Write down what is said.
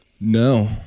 No